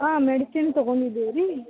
ಹಾಂ ಮೆಡಿಸಿನ್ ತಗೊಂಡಿದ್ದೀವಿ ರೀ